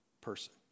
person